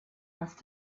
must